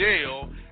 jail